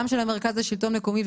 גם של המרכז לשלטון מקומי,